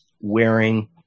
wearing